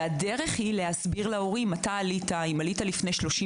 הדרך היא להסביר להורים שאתה עלית לפני שנתיים,